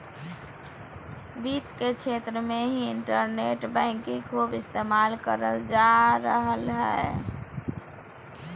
वित्त के क्षेत्र मे भी इन्टरनेट बैंकिंग खूब इस्तेमाल करल जा रहलय हें